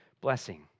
Blessing